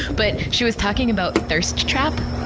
but she was talking about thirst trap,